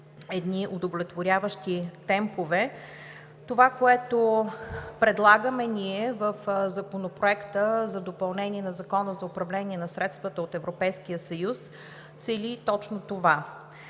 едни удовлетворяващи темпове. Това, което предлагаме в Законопроекта за допълнение на Закона за управление на средствата от Европейския съюз, цели точно това: